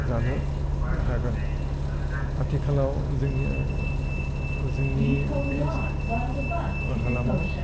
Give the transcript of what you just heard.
जानो हागोन आथिखालाव जोंनि जोंनि बे हालामाव